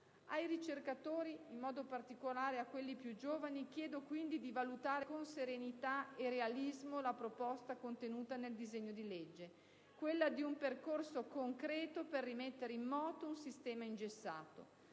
Ai ricercatori, in modo particolare a quelli più giovani, chiedo quindi di valutare con serenità e realismo la proposta contenuta nel disegno di legge, quella di un percorso concreto per rimettere in moto un sistema ingessato.